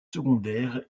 secondaires